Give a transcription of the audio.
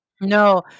no